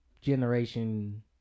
generation